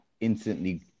instantly